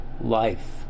life